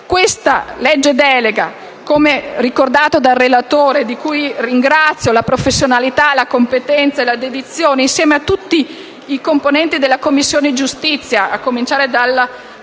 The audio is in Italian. di legge delega, come ricordato dal relatore - che ringrazio per la professionalità, la competenza e la dedizione, insieme a tutti i componenti della Commissione giustizia, a cominciare dall'allora